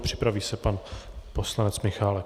Připraví se pan poslanec Michálek.